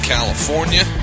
California